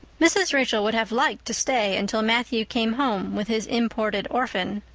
mrs. rachel would have liked to stay until matthew came home with his imported orphan.